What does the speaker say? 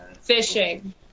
fishing